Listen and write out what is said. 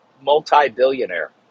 multi-billionaire